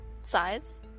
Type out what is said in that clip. size